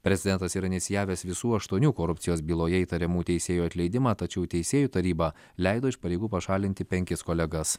prezidentas yra inicijavęs visų aštuonių korupcijos byloje įtariamų teisėjų atleidimą tačiau teisėjų taryba leido iš pareigų pašalinti penkis kolegas